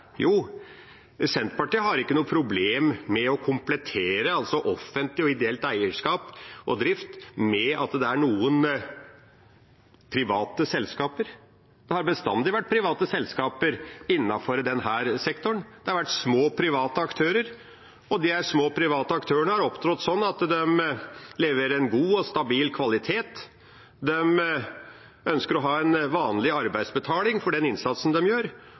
Jo, Senterpartiet har ikke noe problem med å komplettere offentlig og ideelt eierskap og drift med noen private selskaper. Det har bestandig vært private selskaper innenfor denne sektoren. Det har vært små private aktører, og de små private aktørene har opptrådt sånn at de leverer god og stabil kvalitet. De ønsker å ha en vanlig arbeidsbetaling for innsatsen de gjør,